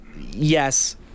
yes